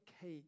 cake